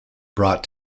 brought